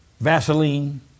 Vaseline